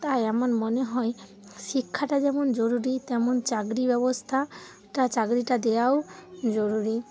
তাই আমার মনে হয় শিক্ষাটা যেমন জরুরি তেমন চাকরি ব্যবস্থাটা চাকরিটা দেওয়াও জরুরি